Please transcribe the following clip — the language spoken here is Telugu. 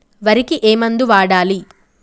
వరికి ఏ మందు వాడాలి?